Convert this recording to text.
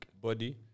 Body